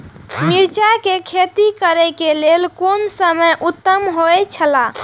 मिरचाई के खेती करे के लेल कोन समय उत्तम हुए छला?